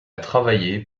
travaillé